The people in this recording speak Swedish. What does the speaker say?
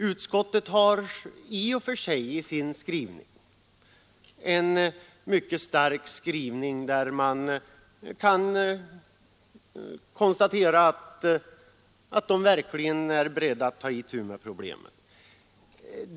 Utskottsmajoriteten har i och för sig en mycket stark skrivning, där det kan utläsas att man verkligen är beredd att ta itu med problemen.